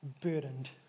burdened